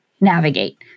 navigate